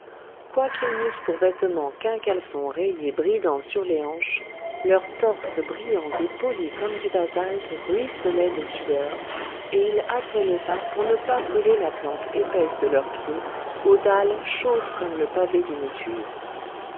quoiqu'ils n'eussent pour vêtement qu'un caleçon rayé bridant sur les hanches leurs torses brillants et polis comme du basalte ruisselaient de sueur et ils hâtaient le pas pour ne pas brûler la plante épaisse de leurs pieds aux dalles chaudes comme le pavé d'une étuve